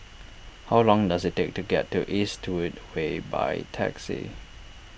how long does it take to get to Eastwood Way by taxi